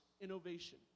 innovation